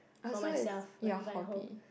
for my myself like if I'm home